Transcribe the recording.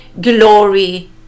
glory